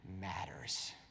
matters